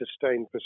sustained